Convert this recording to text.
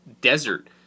desert